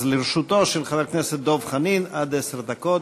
אז לרשותו של חבר הכנסת דב חנין עד עשר דקות.